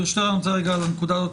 ברשותך, לנקודה הזאת.